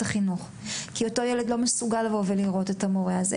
החינוך ואותו ילד לא מסוגל לבוא ולראות את המורה הזה.